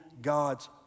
God's